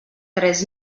tres